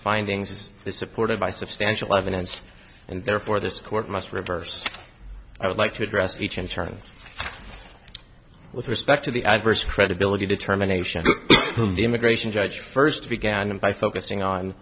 findings is supported by substantial evidence and therefore this court must reverse i would like to address each in turn with respect to the adverse credibility determination of the immigration judge first began by focusing on